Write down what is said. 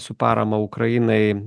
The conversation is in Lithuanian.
su parama ukrainai